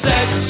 Sex